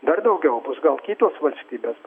dar daugiau bus gal kitos valstybės